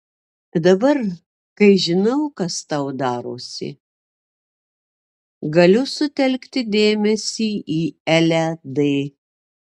dabar kai žinau kas tau darosi galiu sutelkti dėmesį į elę d